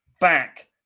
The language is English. back